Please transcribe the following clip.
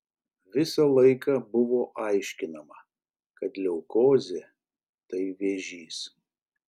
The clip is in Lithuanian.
visą laiką buvo aiškinama kad leukozė tai vėžys